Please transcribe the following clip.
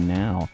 now